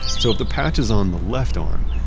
so if the patch is on the left arm,